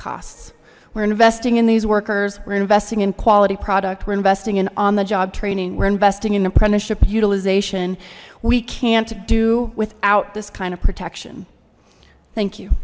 costs we're investing in these workers we're investing in quality product we're investing in on the job training we're investing in apprenticeship utilization we can't do without this kind of protection thank you